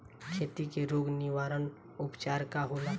खेती के रोग निवारण उपचार का होला?